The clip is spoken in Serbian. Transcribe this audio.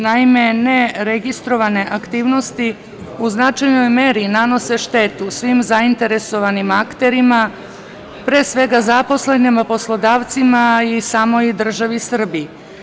Naime, neregistrovane aktivnosti u značajnoj meri nanose štetu svim zainteresovanim akterima, pre svega zaposlenima, poslodavcima i samoj državi Srbiji.